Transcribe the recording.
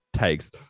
takes